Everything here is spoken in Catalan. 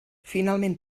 finalment